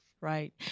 right